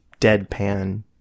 deadpan